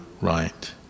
right